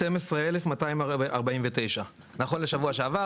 12,249 נכון לשבוע שעבר.